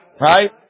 right